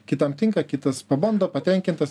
kitam tinka kitas pabando patenkintas